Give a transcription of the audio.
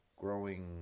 growing